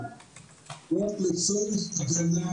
אסיר שפונה לבקש לטיפול,